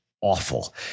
awful